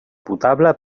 potable